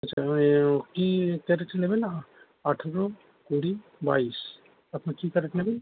আচ্ছা কী ক্যারেটে নেবেন আঠেরো কুড়ি বাইশ আপনার কী ক্যারেট নেবেন